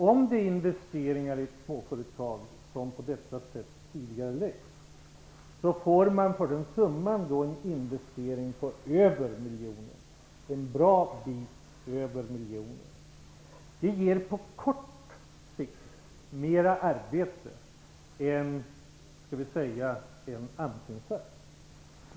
Om det är investeringar i småföretag som på detta sätt tidigareläggs får man för den summan en investering på en bra bit över miljonen. Det ger på kort sikt mer arbete än skall vi säga en AMS-insats.